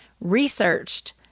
researched